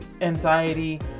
anxiety